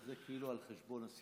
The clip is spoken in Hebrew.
זה כאילו על חשבון הסיעה.